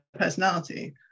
personality